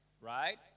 Right